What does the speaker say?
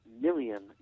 million